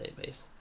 database